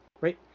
Right